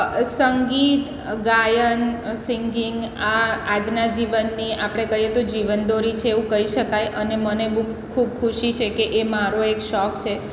સંગીત ગાયન સિંગિંગ આ આજના જીવનની આપણે કહીએ તો જીવનદોરી છે એવું કહી શકાય અને મને બુ ખૂબ ખુશી છે કે એ મારો એક શોખ છે